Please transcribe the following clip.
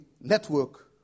network